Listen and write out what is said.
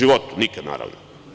Nikad, naravno.